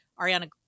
Ariana